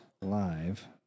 live